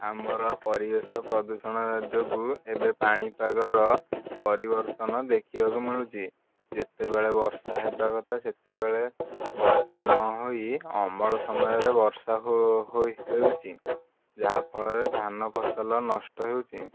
ଆମର ପରିବେଶ ପ୍ରଦୂଷଣ ଯୋଗୁଁ ଏବେ ପାଣିପାଗର ପରିବର୍ତ୍ତନ ଦେଖିବାକୁ ମିଳୁଛି ଯେତେବେଳେ ବର୍ଷା ହେବା କଥା ସେତେବେଳେ ବର୍ଷା ନହୋଇ ଅମଳ ସମୟରେ ବର୍ଷା ହେଉଛି ଯାହା ଫଳରେ ଧାନ ଫସଲ ନଷ୍ଟ ହେଉଛି